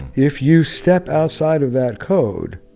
if you step outside of that code,